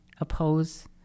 oppose